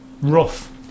rough